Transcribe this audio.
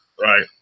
Right